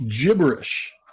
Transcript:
gibberish